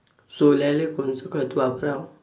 सोल्याले कोनचं खत वापराव?